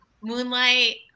Moonlight